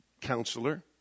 Counselor